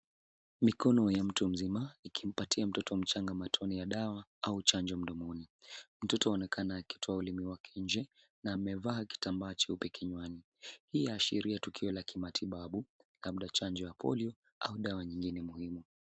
Mikono ya mtu mzima ikimpatia mtoto mchanga matone ya dawa au chanjo mdomoni. Mtoto aonekana akitoa ulimi wake nje na amevaa kitambaa cheupe kinywani. Hii yashiria tukio la kimatibabu labda chanjo ya Polio au dawa nyingine muhimu.